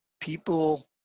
people